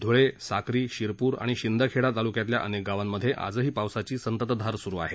धुळे साक्री शिरपूर आणि शिंदखेडा तालुक्यातल्या अनेक गावांमध्ये आजही पावसाची सततधार सुरु आहे